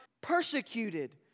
persecuted